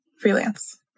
freelance